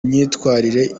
myitwarire